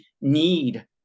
need